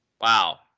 Wow